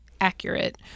accurate